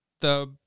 the-